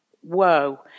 whoa